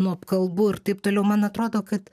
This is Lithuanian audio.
nuo apkalbų ir taip toliau man atrodo kad